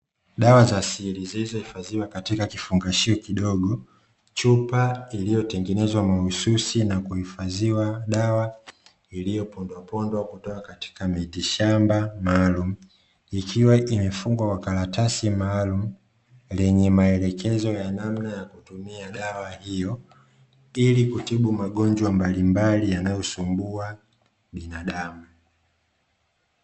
Dawa za asili zilizohifadhiwa katika kifungashio kidogo chupa iliyotengenezwa mahususi na kuhifadhiwa dawa iliyopondwapondwa kutoka katika miti shamba maalumu ikiwa imefungwa kwa karatasi maalumu, lenye maelekezo ya namna yakutumia dawa hiyo ili kutibu magonjwa mbalimbali yanayosumbua binadamu.